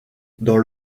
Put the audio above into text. dans